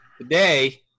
Today